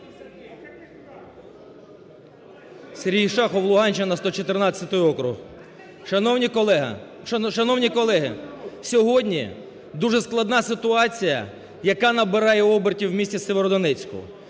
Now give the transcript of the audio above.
Сергій Шахов, Луганщина, 114 округ. Шановні колеги! Сьогодні дуже складна ситуація, яка на набирає обертів в місті Сєвєродонецьку.